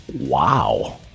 wow